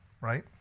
right